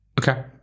Okay